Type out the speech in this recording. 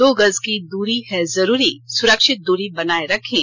दो गज की दूरी है जरूरी सुरक्षित दूरी बनाए रखें